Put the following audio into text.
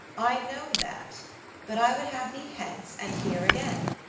i know that but i would have thee hence, and here again.